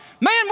Man